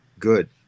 good